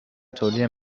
تولید